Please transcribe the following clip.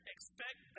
Expect